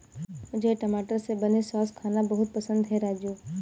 मुझे टमाटर से बने सॉस खाना बहुत पसंद है राजू